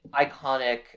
iconic